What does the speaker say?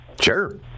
Sure